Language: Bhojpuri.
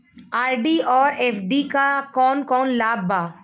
आर.डी और एफ.डी क कौन कौन लाभ बा?